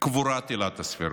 קבורת עילת הסבירות.